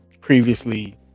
previously